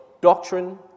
doctrine